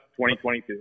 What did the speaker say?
2022